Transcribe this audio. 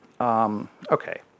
Okay